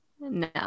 no